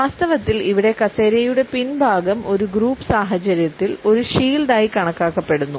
വാസ്തവത്തിൽ ഇവിടെ കസേരയുടെ പിൻഭാഗം ഒരു ഗ്രൂപ്പ് സാഹചര്യത്തിൽ ഒരു ഷീൽഡ് ആയി കണക്കാക്കപ്പെടുന്നു